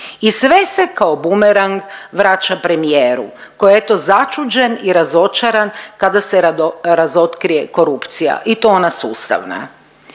i sve se kao bumerang vraća premijeru koji je eto začuđen i razočaran kada se razotkrije korupcija i to ona sustavna.